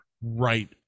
right